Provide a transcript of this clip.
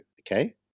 Okay